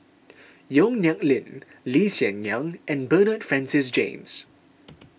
Yong Nyuk Lin Lee Hsien Yang and Bernard Francis James